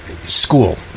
school